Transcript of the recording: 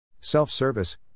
Self-service